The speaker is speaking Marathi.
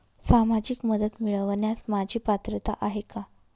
सामाजिक मदत मिळवण्यास माझी पात्रता आहे का?